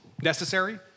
necessary